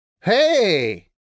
Hey